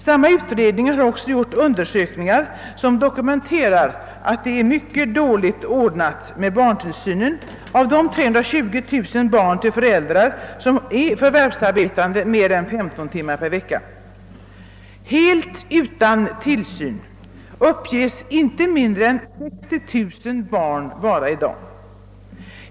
Samma utredning har också gjort undersökningar som dokumenterar att det är mycket dåligt ordnat med barntillsynen för 320 000 barn till föräldrar som är förvärvsarbetande mer än femton timmar per vecka. Helt utan tillsyn uppges inte mindre än 60 000 barn vara i dag.